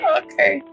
okay